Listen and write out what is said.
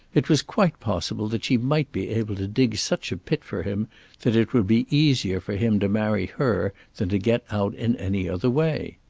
it was quite possible that she might be able to dig such a pit for him that it would be easier for him to marry her than to get out in any other way.